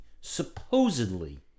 supposedly